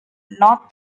north